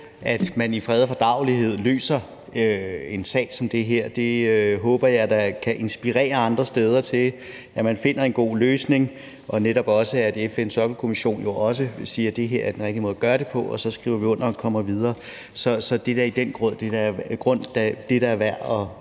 at man i fred og fordragelighed løser en sag som den her. Det håber jeg da kan inspirere andre steder til, at man finder en god løsning, og netop også, at FN's Sokkelkommission siger, at det her er den rigtige måde at gøre det på, og så skriver vi under og kommer videre. Så det er da værd at fejre, og SF